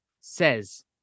says